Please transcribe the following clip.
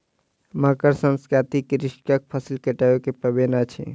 मकर संक्रांति कृषकक फसिल कटै के पाबैन अछि